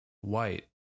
white